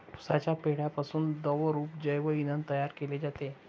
उसाच्या पेंढ्यापासून द्रवरूप जैव इंधन तयार केले जाते